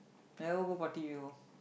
I never go party before